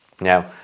Now